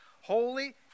holy